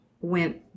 went